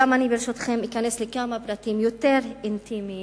ברשותכם, אכנס לכמה פרטים יותר אינטימיים